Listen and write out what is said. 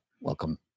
welcome